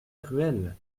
cruel